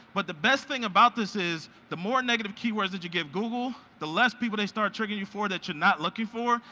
but the best thing about this is the more negative keywords that you give google, the less people they start triggering you for, that you're not looking for,